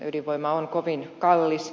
ydinvoima on kovin kallis